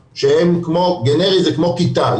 גנרי זה כמו כיתה,